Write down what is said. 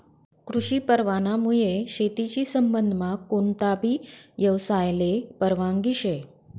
कृषी परवानामुये शेतीशी संबंधमा कोणताबी यवसायले परवानगी शे